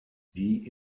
die